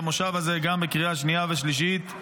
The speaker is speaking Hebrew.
במושב הזה גם בקריאה השנייה והשלישית,